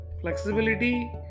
flexibility